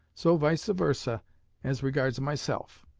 so vice versa as regards myself